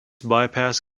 bypass